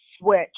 switch